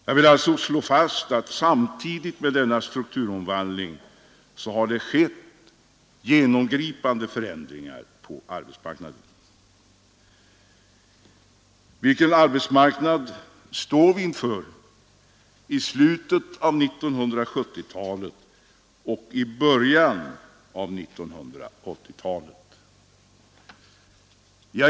Jag vill alltså slå fast att det samtidigt med denna strukturomvandling har skett genomgripande förändringar på arbetsmarknaden. Vilken arbetsmarknad står vi inför i slutet av 1970-talet och i början av 1980-talet?